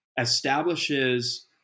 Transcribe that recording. establishes